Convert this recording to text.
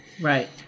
Right